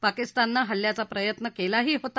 पाकिस्तानने हल्ल्याचा प्रयत्न केलाही होता